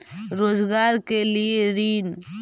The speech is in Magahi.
रोजगार के लिए ऋण?